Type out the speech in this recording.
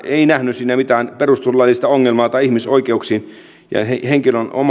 ei nähnyt siinä mitään perustuslaillista ongelmaa tai ihmisoikeuksiin ja henkilön